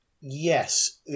Yes